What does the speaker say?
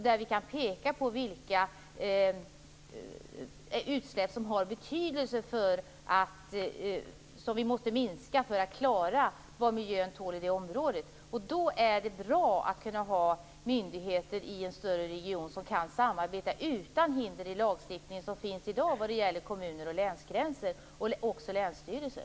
Där kan vi peka på vilka utsläpp som har betydelse och som vi måste minska för att klara vad miljön tål i det området. Då är det bra att kunna ha myndigheter i en större region som kan samarbeta utan hinder från den lagstiftning som finns i dag vad gäller kommuner, länsgränser och länsstyrelser.